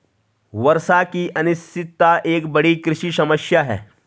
वर्षा की अनिश्चितता एक बड़ी कृषि समस्या है